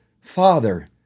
Father